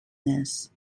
this